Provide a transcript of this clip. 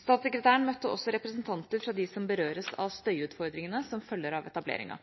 Statssekretæren møtte også representanter for dem som berøres av støyutfordringene som følger av etableringa.